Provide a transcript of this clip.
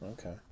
Okay